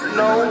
no